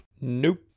Nope